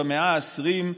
במאה ה-20,